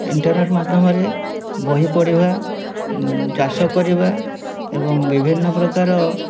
internet ମାଧ୍ୟମରେ ବହି ପଢ଼ିବା ଚାଷ କରିବା ଏବଂ ବିଭିନ୍ନ ପ୍ରକାର